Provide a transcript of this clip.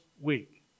week